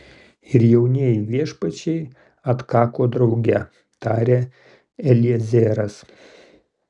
ir jaunieji viešpačiai atkako drauge tarė eliezeras